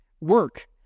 work